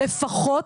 לפחות,